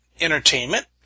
Entertainment